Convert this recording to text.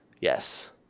Yes